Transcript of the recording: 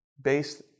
based